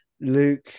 Luke